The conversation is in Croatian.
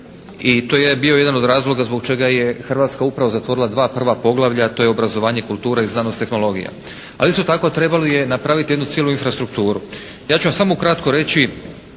i to je bio jedan od razloga zbog čega je Hrvatska upravo zatvorila dva prva poglavlja. To je obrazovanje, kultura i znanost, tehnologija. Ali isto tako trebalo je napraviti jednu cijelu infrastrukturu. Ja ću vam samo ukratko reći